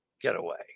getaway